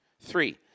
Three